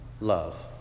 love